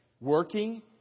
working